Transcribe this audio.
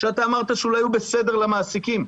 שאולי הוא בסדר למעסיקים.